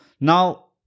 Now